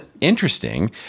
interesting